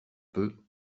peu